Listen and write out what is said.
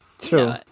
true